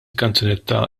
kanzunetta